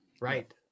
Right